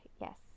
Yes